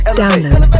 Download